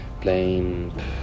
playing